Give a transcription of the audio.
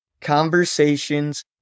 conversations